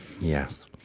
yes